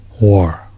war